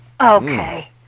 Okay